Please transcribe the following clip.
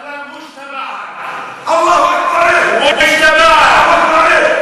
(אומר דברים בשפה הערבית, להלן תרגומם לעברית: